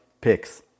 picks